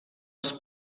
els